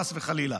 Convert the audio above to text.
חס וחלילה.